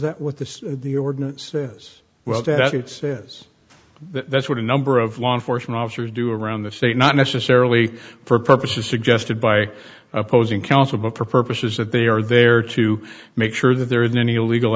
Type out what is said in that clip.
that what the the ordinance is well that is that's what a number of law enforcement officers do around the state not necessarily for purposes suggested by opposing counsel but for purposes that they are there to make sure that there isn't any illegal